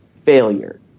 failure